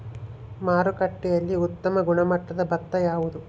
ಮಾರುಕಟ್ಟೆಯಲ್ಲಿ ಉತ್ತಮ ಗುಣಮಟ್ಟದ ಭತ್ತ ಯಾವುದು?